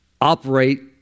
operate